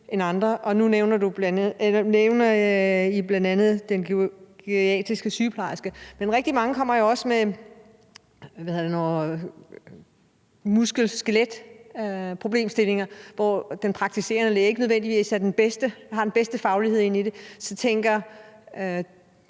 end andre. Nu nævner I bl.a. den geriatriske sygeplejerske, men rigtig mange kommer jo også med muskel-skeletproblemstillinger, hvor den praktiserende læge ikke nødvendigvis har den bedste faglighed. Så tænker